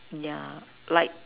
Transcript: yeah like